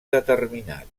determinat